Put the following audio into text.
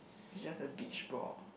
just a beach ball